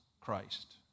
Christ